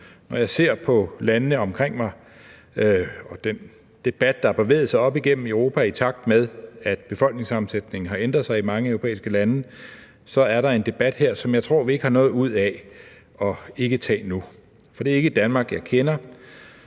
Når jeg ser på landene omkring mig og den debat, der har bevæget sig op igennem Europa, i takt med at befolkningssammensætningen har ændret sig i mange europæiske lande, så er der en debat her, som jeg tror vi ikke har noget ud af ikke at tage nu. Det er ikke et Danmark, jeg kender,